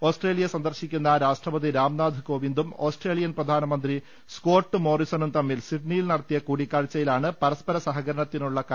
Australia സന്ദർശിക്കുന്ന രാഷ്ട്രപതി രാംനാഥ് കോവിന്ദും ഓസ്ട്രേലിയൻ പ്രധാനമന്ത്രി സ്കോട്ട് മോറിസണും തമ്മിൽ സിഡ്നിയിൽ നടത്തിയ കൂടിക്കാഴ്ചയിലാണ് പരസ്പര സഹകരണത്തിനുള്ള കരാറിൽ ഒപ്പുവെച്ചത്